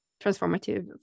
transformative